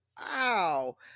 wow